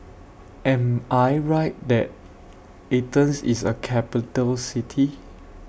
Am I Right that Athens IS A Capital City